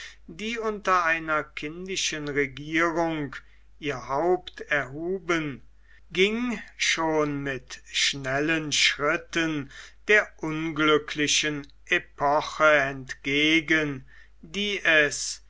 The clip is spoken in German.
die unter einer kindischen regierung ihr haupt erhuben ging schon mit schnellen schritten der unglücklichen epoche entgegen die es